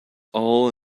all